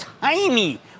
tiny